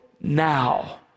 now